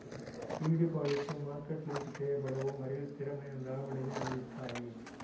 ఈ డిపాజిట్లు market link చేయబడవు మరియు స్థిరమైన రాబడిని అందిస్తాయి